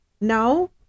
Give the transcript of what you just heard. now